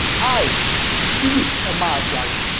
i philip emeagwali